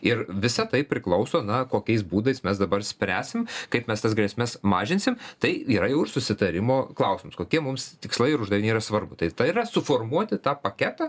ir visa tai priklauso na kokiais būdais mes dabar spręsim kaip mes tas grėsmes mažinsim tai yra jau ir susitarimo klausimas kokie mums tikslai ir nėra svarbu tai tai yra suformuoti tą paketą